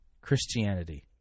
Christianity